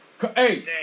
Hey